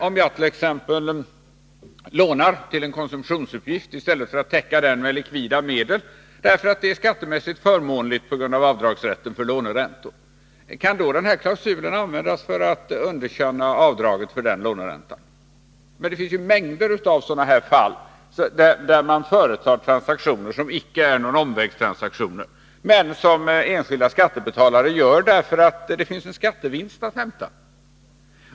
Om jag t.ex. lånar till en konsumtionsutgift i stället för att täcka den med likvida medel, därför att detta är skattemässigt förmånligt på grund av avdragsrätten för låneräntor, kan då klausulen användas för att underkänna avdraget för den låneräntan? Det finns mängder av sådana fall, där man företar transaktioner, som icke är några omvägstransaktioner, därför att det finns en skattevinst att hämta.